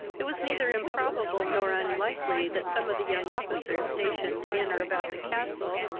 it was neither improbable, nor unlikely, that some of the young officers, stationed in or about the castle,